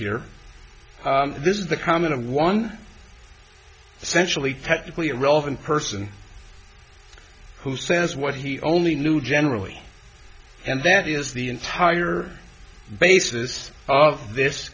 here this is the comment of one sensually technically irrelevant person who says what he only knew generally and that is the entire basis of this